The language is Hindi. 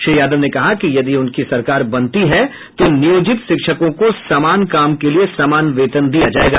श्री यादव ने कहा कि यदि उनकी सरकार बनती है तो नियोजित शिक्षकों को समान काम के लिये समान वेतन दिया जायेगा